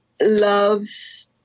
loves